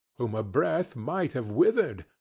whom a breath might have withered,